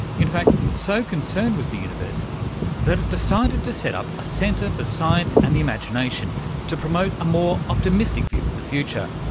in fact, so concerned was the university that it decided to set up a centre for science and the imagination to promote a more optimistic view of the future.